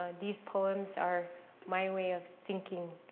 ah these poems are my way of thinking.